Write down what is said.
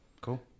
Cool